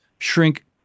shrink